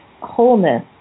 wholeness